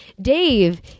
Dave